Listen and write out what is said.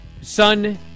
son